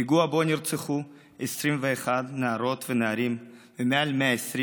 פיגוע שבו נרצחו 21 נערות ונערים ומעל 120 נפצעו.